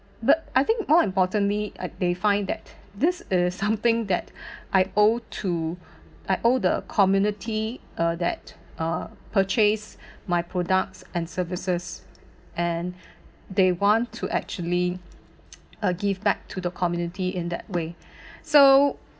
but I think more importantly uh they find that this is something that I owe to I owe the community uh that uh purchase my products and services and they want to actually uh give back to the community in that way so